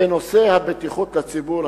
בנושא הבטיחות לציבור,